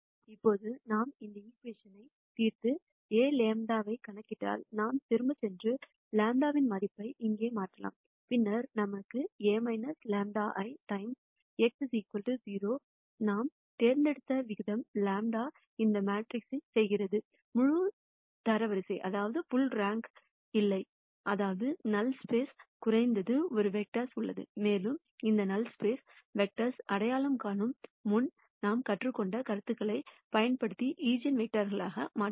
இப்போது நாம் இந்த ஈகிவேஷன் தீர்த்து A λ ஐக் கணக்கிட்டால் நாம் திரும்பிச் சென்று λ இன் மதிப்பை இங்கே மாற்றலாம் பின்னர் நமக்கு A λ I times x 0 நாம் தேர்ந்தெடுத்த விதம் λ இந்த மேட்ரிக்ஸ் செய்கிறது ஃபுல் ரேங்க் இல்லை அதாவது நல் ஸ்பேஸ் குறைந்தது ஒரு வெக்டர்ஸ் உள்ளது மேலும் இந்த நல் ஸ்பேஸ் வெக்டர்ஸ் அடையாளம் காணும் முன் நாம் கற்றுக்கொண்ட கருத்துகளைப் பயன்படுத்தி ஈஜென்வெக்டராக மாறும்